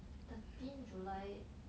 thirteen july